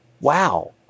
wow